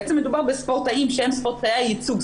בעצם מדובר בספורטאים שהם ספורטאי הייצוג,